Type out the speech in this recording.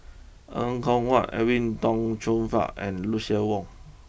Er Kwong Wah Edwin Tong Chun Fai and Lucien Wang